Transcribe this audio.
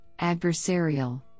adversarial